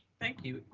thank you.